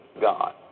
God